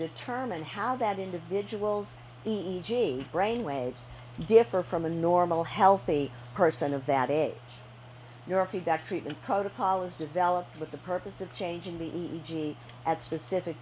determine how that individual's brain waves differ from a normal healthy person of that age your feedback treatment protocol is developed with the purpose of changing the e g at specific